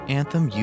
anthem